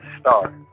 start